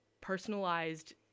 personalized